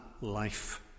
life